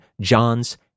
John's